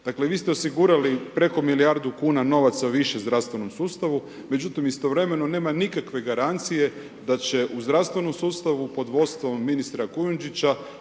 Dakle, vis te osigurali preko milijardu kuna novaca više u zdravstvenom sustavu. Međutim, istovremeno nema nikakve garancije, da će u zdravstvenom sustavu, pod vodstvom ministra Kujundžića,